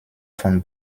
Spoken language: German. von